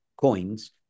coins